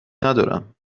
ندارم